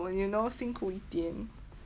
you know 辛苦一点